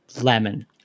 Lemon